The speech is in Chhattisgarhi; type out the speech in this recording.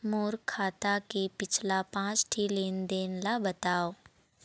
मोर खाता के पिछला पांच ठी लेन देन ला बताव?